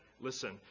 listen